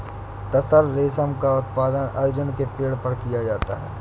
तसर रेशम का उत्पादन अर्जुन के पेड़ पर किया जाता है